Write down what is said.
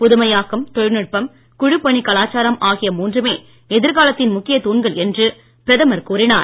புதுமையாக்கம் தொழில்நுட்பம் குழுப் பணிக் கலாச்சாரம் ஆகிய மூன்றுமே எதிர்காலத்தின் முக்கிய தூண்கள் என்று பிரதமர் கூறினார்